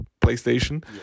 PlayStation